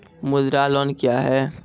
मुद्रा लोन क्या हैं?